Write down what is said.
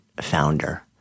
founder